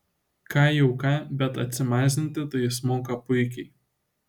ką jau ką bet atsimazinti tai jis moka puikiai